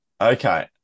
Okay